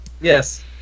Yes